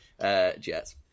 Jets